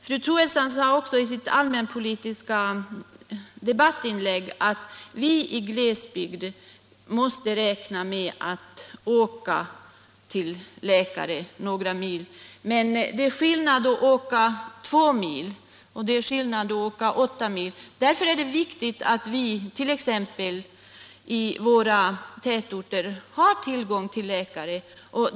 Fru Troedsson sade också i sitt inlägg i den allmänpolitiska debatten att vi i glesbygd måste räkna med att åka några mil till läkare. Men det är skillnad mellan att åka två mil och att åka åtta mil! Därför är det viktigt att vi t.ex. i våra tätorter har tillgång till läkare.